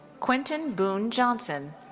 quinton boone johnson.